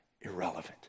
irrelevant